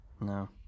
No